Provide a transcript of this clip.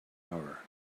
hour